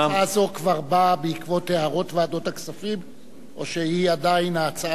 האם הצעה זו כבר באה בעקבות הערות ועדות הכספים או שהיא עדיין ההצעה של,